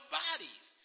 bodies